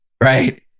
right